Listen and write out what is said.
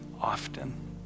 often